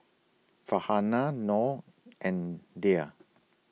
Farhanah Noh and Dhia